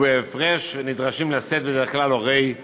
ובהפרש נדרשים לשאת בדרך כלל הורי התלמידים.